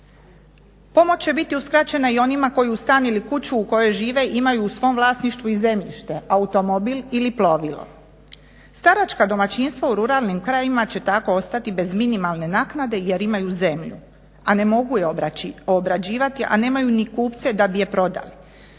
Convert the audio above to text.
Pomoć će biti uskraćena i onima koji u stan ili u kuću u kojoj žive imaju u svom vlasništvu i zemljište, automobil ili plovilo. Staračka domaćinstva u ruralnim krajevima će tako ostati bez minimalne naknade jer imaju zemlju, a ne mogu je obrađivati a nemaju ni kupce da bi je prodali,